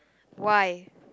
why